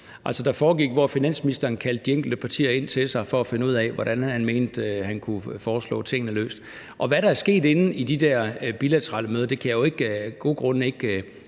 altså hvor finansministeren kaldte de enkelte partier ind til sig for at finde ud af, hvordan han mente han kunne foreslå tingene løst. Hvad der er sket inde på de der bilaterale møder, kan jeg jo af gode grunde ikke